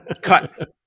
Cut